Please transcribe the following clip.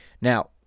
Now